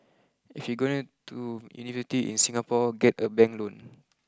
if you're going to university in Singapore get a bank loan